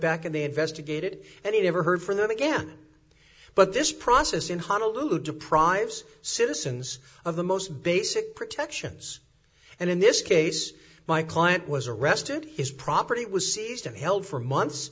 back and they investigated and he never heard from them again but this process in honolulu deprives citizens of the most basic protections and in this case my client was arrested his property was seized and held for months